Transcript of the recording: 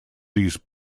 these